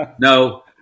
no